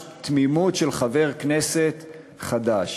ממש תמימות של חבר כנסת חדש.